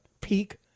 peak